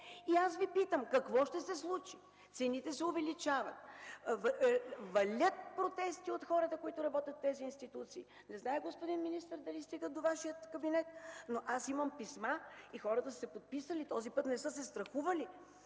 И аз Ви питам: какво ще се случи? Цените се увеличават. Валят протести от хората, които работят в тези институции. Не зная, господин министър, дали стигат до Вашия кабинет, но аз имам писма и хората са се подписали. Този път не са се страхували.